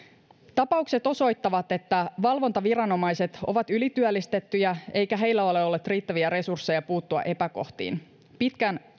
tapaukset osoittavat että valvontaviranomaiset ovat ylityöllistettyjä eikä heillä ole ollut riittäviä resursseja puuttua epäkohtiin pitkään